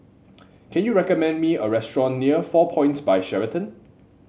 can you recommend me a restaurant near Four Points By Sheraton